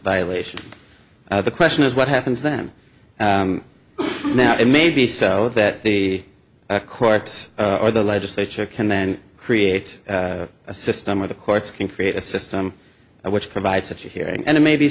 violation the question is what happens then now it may be so that the courts or the legislature can then create a system where the courts can create a system which provides such a hearing and it may be